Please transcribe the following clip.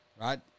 Right